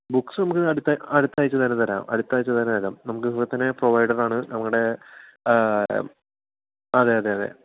books നമ്മൾക്ക് അടുത്തത് അടുത്താഴ്ച തന്നെ തരാം അടുത്താഴ്ചതന്നെ തരാം നമുക്കിവിടെ തന്നെ പ്രൊവൈഡറാണ് നമ്മുടെ ആ അതെയതേയതേ